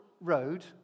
road